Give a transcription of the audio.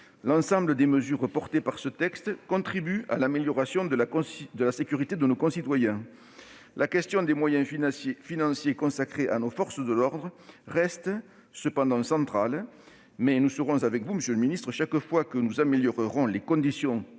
L'ensemble des mesures figurant dans ce texte contribue à l'amélioration de la sécurité de nos concitoyens. La question des moyens financiers consacrés à nos forces de l'ordre reste cependant centrale. Nous serons à vos côtés, monsieur le ministre, chaque fois qu'il sera question d'améliorer les conditions